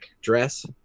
dress